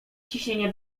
ciśnienie